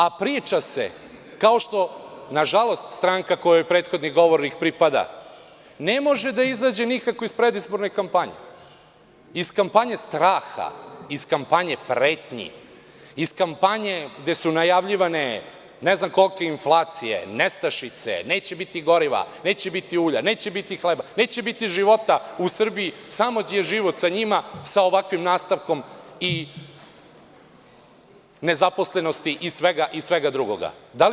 A priča se, kao što nažalost stranka kojoj prethodni govornik pripada, ne može da izađe nikako iz predizborne kampanje, iz kampanje straha, iz kampanje pretnji, iz kampanje gde su najavljivane inflacije, nestašice, neće biti goriva, neće biti ulja, neće biti hleba, neće biti života u Srbiji, samo je život sa njima, sa ovakvim nastavkom i nezaposlenošću i svim ostalim.